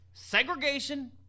Segregation